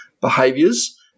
behaviors